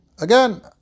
again